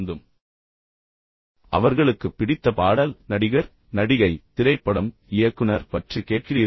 அவர்கள் கேட்ட பிடித்த பாடல்களைப் பற்றி நீங்கள் அவர்களிடம் கேள்விகளைக் கேட்கிறீர்கள் அவர்களுக்கு பிடித்த நடிகர் நடிகை திரைப்படம் இயக்குனர் பற்றி கேட்கிறீரகள்